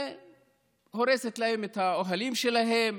והורסת להם את האוהלים שלהם